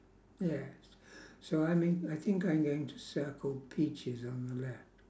yes so I may I think I'm going to circle peaches on the left